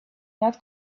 not